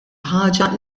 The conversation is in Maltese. ħaġa